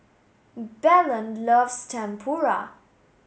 Belen loves Tempura